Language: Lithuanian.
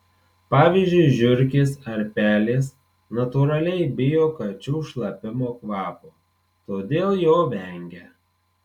pavyzdžiui žiurkės ar pelės natūraliai bijo kačių šlapimo kvapo todėl jo vengia